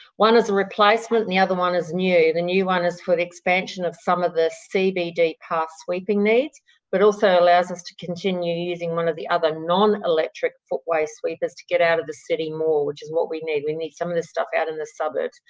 one is a replacement and the other one is new. the new one is for the expansion of some of the cbd ah path sweeping needs but also allows us to continue using one of the other non-electric footway sweepers to get out of the city more, which is what we need. we need some of this stuff out in the suburbs.